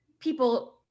people